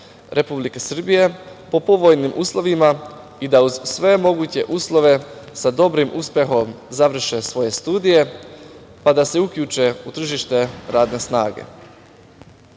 Republike Srbije po povoljnim uslovima i da uz sve moguće uslove sa dobrim uspehom završe svoje studije, pa da se uključe u tržište radne snage. Na